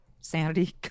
sanity